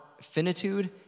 finitude